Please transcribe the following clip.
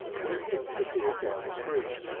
when hinks appeared down the street,